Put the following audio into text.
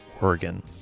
Oregon